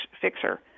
fixer